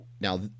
now